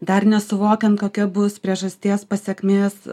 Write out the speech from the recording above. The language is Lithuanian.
dar nesuvokiant kokia bus priežasties pasekmės